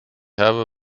habe